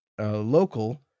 local